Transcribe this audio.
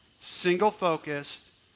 single-focused